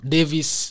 Davis